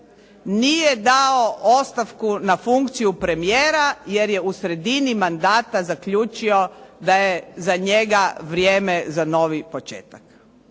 nije dao ostavku na funkciju premijera jer je u sredini mandata zaključio da je za njega vrijeme za novi početak.